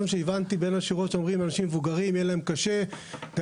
הבנתי מבין השורות שאומרים שלאנשים מבוגרים יהיה קשה עם